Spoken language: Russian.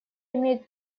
имеет